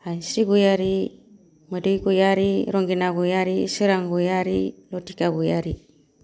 हायस्रि ग'यारि मोदै ग'यारि रंगिना ग'यारि सोरां ग'यारि लथिका ग'यारि